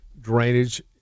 drainage